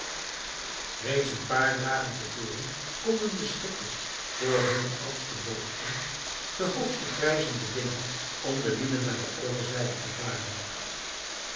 reeds een paar dagen te voren konden de schippers voor hunne oudste booten de hoogste prijzen bedingen om de lieden naar de overzijde te varen